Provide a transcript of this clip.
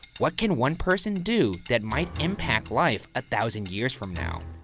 what can one person do that might impact life a thousand years from now.